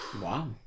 Wow